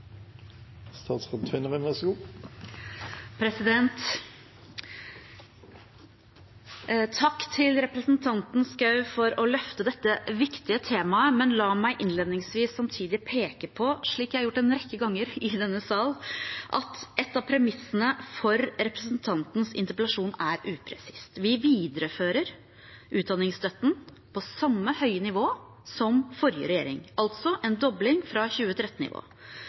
Takk til representanten Schou for å løfte dette viktige temaet. Men la meg innledningsvis samtidig peke på, slik jeg har gjort en rekke ganger i denne sal, at et av premissene for representantens interpellasjon er upresist. Vi viderefører utdanningsstøtten på samme høye nivå som forrige regjering, altså en dobling fra